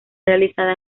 realizada